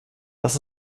das